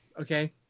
Okay